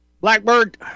Blackbird